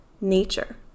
nature